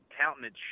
countenance